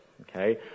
Okay